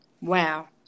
wow